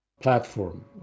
platform